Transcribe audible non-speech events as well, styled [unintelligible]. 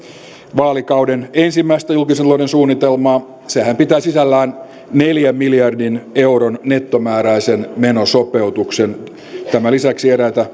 vaalikauden ensimmäistä julkisen talouden suunnitelmaa sehän pitää sisällään neljän miljardin euron nettomääräisen me nosopeutuksen tämän lisäksi eräitä [unintelligible]